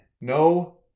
No